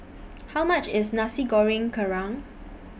How much IS Nasi Goreng Kerang